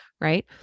right